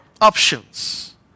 options